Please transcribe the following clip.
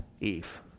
Eve